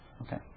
Okay